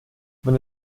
wenn